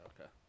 okay